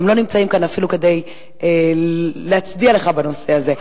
והם לא נמצאים כאן אפילו כדי להצדיע לך בנושא הזה.